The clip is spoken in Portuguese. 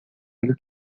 óleo